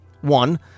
one